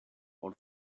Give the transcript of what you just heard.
all